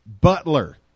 butler